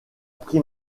pris